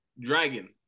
Dragon